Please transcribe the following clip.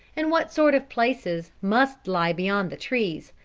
and what sort of places must lie beyond the trees.